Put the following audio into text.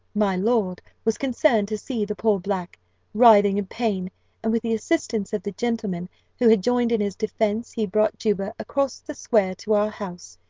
my lord was concerned to see the poor black writhing in pain and with the assistance of the gentleman who had joined in his defence, he brought juba across the square to our house.